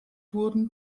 wurden